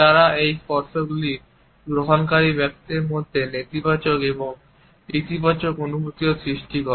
তারা এই স্পর্শগুলি গ্রহণকারী ব্যক্তির মধ্যে নেতিবাচক এবং ইতিবাচক অনুভূতিও সৃষ্টি করে